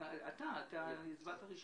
הכנסת ברושי,